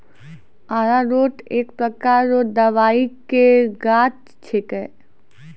अरारोट एक प्रकार रो दवाइ के गाछ छिके